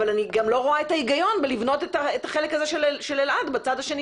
אבל אני גם לא רואה את ההיגיון בלבנות את החלק הזה של אלעד בצד השני